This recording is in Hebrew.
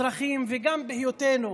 בהיותנו אזרחים, וגם בהיותנו